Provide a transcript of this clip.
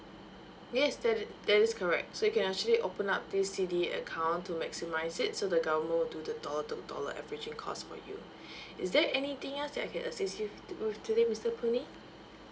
yes that i~ that is correct so you can actually open up this C_D_A account to maximise it so the government will do the dollar to dollar averaging cost for you is there anything else that I can assist you with to~ with today mister puh nee